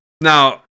Now